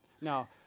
Now